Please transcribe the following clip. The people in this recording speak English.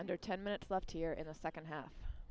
under ten minutes left here in the second half